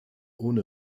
ohne